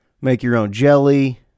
make-your-own-jelly